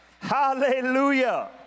Hallelujah